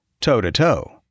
toe-to-toe